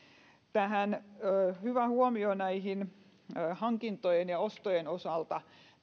hyvä huomio näiden hankintojen ja ostojen osalta